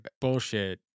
bullshit